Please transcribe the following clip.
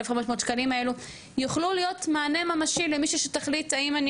1,500 ש"ח האלו יוכלו להיות מענה ממשי למי שתחליט האם אני